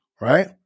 right